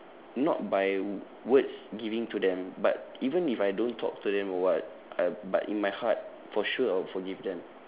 not by words giving to them but even if I don't talk to them or what uh but in my heart for sure I'll forgive them